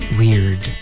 weird